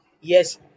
Yes